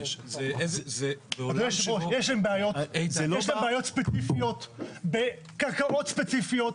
יש להם בעיות ספציפיות בקרקעות ספציפיות,